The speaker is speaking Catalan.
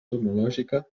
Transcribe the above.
tecnològica